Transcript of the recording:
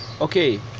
Okay